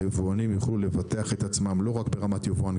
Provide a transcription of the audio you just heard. היבואנים יוכלו לבטח את עצמם לא רק ברמת יבואן,